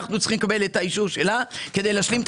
אנחנו צריכים לקבל את האישור שלה כדי להשלים את